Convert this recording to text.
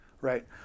Right